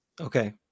Okay